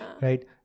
Right